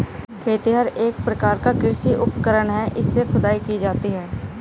खेतिहर एक प्रकार का कृषि उपकरण है इससे खुदाई की जाती है